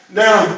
now